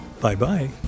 Bye-bye